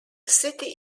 city